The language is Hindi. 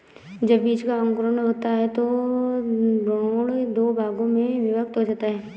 जब बीज का अंकुरण होता है तो भ्रूण दो भागों में विभक्त हो जाता है